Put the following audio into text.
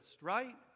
right